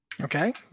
Okay